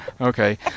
Okay